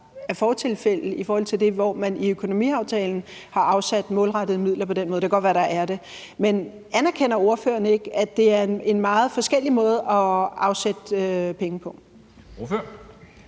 er fortilfælde, hvor man i økonomiaftalen har afsat målrettede midler på den måde – det kan godt være, at der er det. Men anerkender ordføreren ikke, at det er en meget forskellig måde at afsætte penge på? Kl.